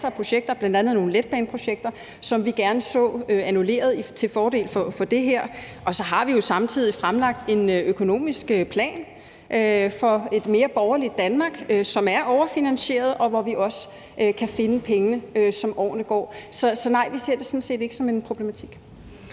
masser af projekter, bl.a. nogle letbaneprojekter, som vi gerne så annulleret til fordel for det her. Og så har vi jo samtidig fremlagt en økonomisk plan for et mere borgerligt Danmark, som er overfinansieret, og hvor vi også kan finde pengene, som årene går. Så nej, vi ser det sådan set ikke som en problematik.